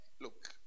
look